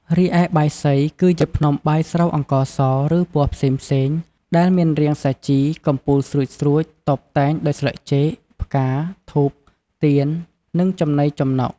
រីឯបាយសី គឺជាភ្នំបាយស្រូវអង្ករស ឬពណ៌ផ្សេងៗ ដែលមានរាងសាជី កំពូលស្រួចៗ តុបតែងដោយស្លឹកចេក ផ្កា ធូប ទៀន និងចំណីចំណុក។